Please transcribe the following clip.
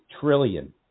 trillion